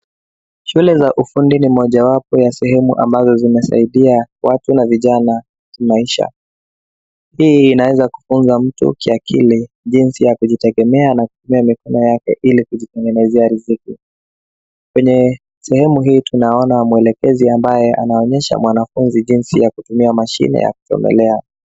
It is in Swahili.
Shule za ufundi ni mojawapo ya sehemu ambazo zimesaidia watu na vijana, kimaisha. Hii inaeza kufunza mtu kiakili, jinsi ya kujitegemea na kutumia mikono yake Ili kujitengenezea riziki. Kwenye sehemu hii tunaona mwelekezi ambaye anaonyesha mwanafunzi jinsi ya kutumia mashine ya kuchomelea.